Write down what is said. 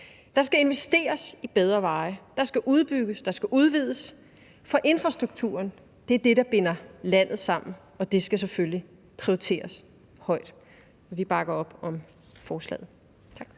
Der skal investeres i bedre veje. Der skal udbygges, og der skal udvides, for infrastrukturen er det, der binder landet sammen, og det skal selvfølgelig prioriteres højt. Vi bakker op om forslaget.